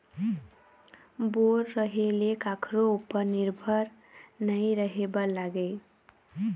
bore रहें ले कखरो उपर निरभर नइ रहे बर लागय